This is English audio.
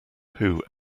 who